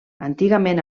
antigament